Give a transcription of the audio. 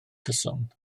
cyson